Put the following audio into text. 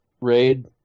raid